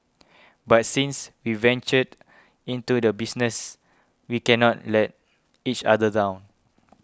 but since we ventured into this business we cannot let each other down